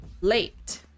late